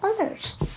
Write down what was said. others